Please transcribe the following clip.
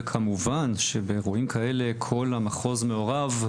וכמובן שבאירועים כאלה כל המחוז מעורב,